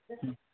ਹਮ